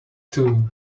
too